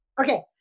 Okay